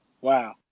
Wow